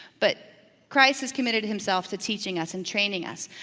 but christ has committed himself to teaching us and training us.